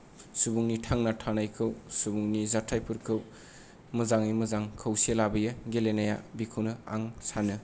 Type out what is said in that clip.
सुबुंनि थांना थानायखौ सुबुंनि जाथायफोरखौ मोजाङै मोजां खौसे लाबोयो गेलेनाया बेखौनो आं सानो